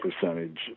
percentage